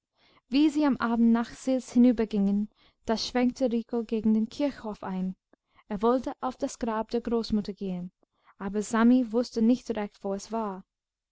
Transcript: wie sie am abend nach sils hinübergingen da schwenkte rico gegen den kirchhof ein er wollte auf das grab der großmutter gehen aber sami wußte nicht recht wo es war